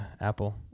apple